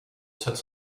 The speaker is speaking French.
sept